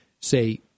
say